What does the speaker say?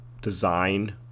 design